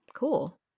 Cool